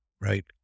right